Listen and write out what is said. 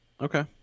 Okay